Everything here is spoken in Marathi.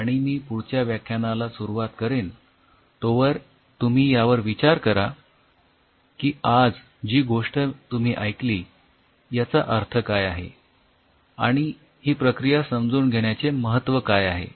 आणि मी पुढच्या व्याख्यानाला सुरुवात करेन तोवर तुम्ही यावर विचार करा की आज जी गोष्ट तुम्ही ऐकली याचा अर्थ काय आहे आणि ही प्रक्रिया समजून घेण्याचे महत्व काय आहे